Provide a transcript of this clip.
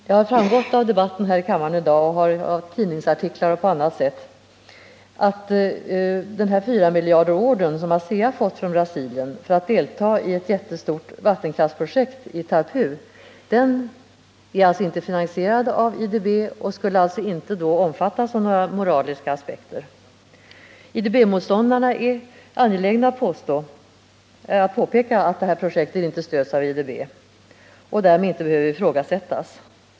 Det har framgått av debatten här i kammaren i dag, av tidningsartiklar och på annat sätt att fyramiljarderordern som Asea har fått från Brasilien för att delta i ett jättestort vattenkraftsprojekt i Itaipu inte är finansierad av IDB och alltså inte skulle omfattas av några moraliska aspekter. IDB-motståndarna är angelägna att påpeka att det projektet inte stöds av IDB och därmed inte behöver ifrågasättas.